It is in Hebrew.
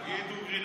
אדוני, תגיד, דוגרי.